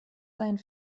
seinen